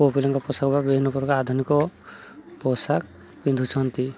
ପୁଅ ପିଲାଙ୍କ ପୋଷାକ ବା ବିଭିନ୍ନ ପ୍ରକାର ଆଧୁନିକ ପୋଷାକ ପିନ୍ଧୁଛନ୍ତି